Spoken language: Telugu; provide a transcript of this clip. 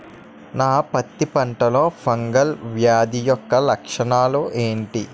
నా పత్తి పంటలో ఫంగల్ వ్యాధి యెక్క లక్షణాలు ఏంటి?